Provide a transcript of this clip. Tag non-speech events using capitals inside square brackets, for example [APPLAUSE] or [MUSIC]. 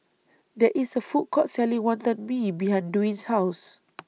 There IS A Food Court Selling Wonton Mee behind Dwane's House [NOISE]